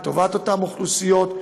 לטובת אותן אוכלוסיות,